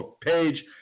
page